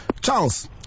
charles